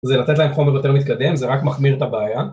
זה לתת להם חומר יותר מתקדם, זה רק מחמיר את הבעיה